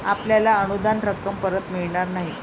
आपल्याला अनुदान रक्कम परत मिळणार नाही